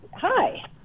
hi